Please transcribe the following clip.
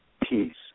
peace